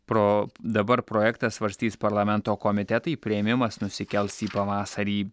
pro dabar projektą svarstys parlamento komitetai priėmimas nusikels į pavasarį